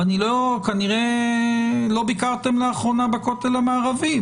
כנראה לא ביקרתם לאחרונה בכותל המערבי,